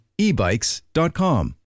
ebikes.com